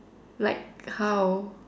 like how